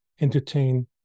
entertain